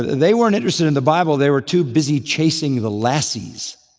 they weren't interested in the bible they were too busy chasing the lassies.